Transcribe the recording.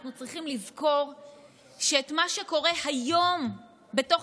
אנחנו צריכים לזכור שאת מה שקורה היום בתוך